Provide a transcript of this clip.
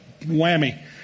Whammy